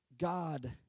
God